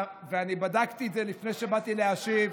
ואני בדקתי את זה לפני שבאתי להשיב,